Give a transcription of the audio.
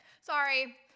sorry